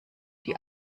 die